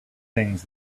things